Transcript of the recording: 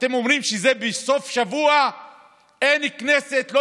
אתם אומרים שבסוף שבוע ואין כנסת ולא